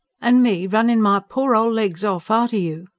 an' me runnin' my pore ol' legs off arter you!